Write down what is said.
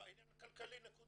העניין הוא כלכלי נקודה.